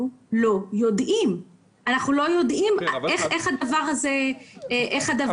עדיין לא יודעים איך הדברים האלה עובדים.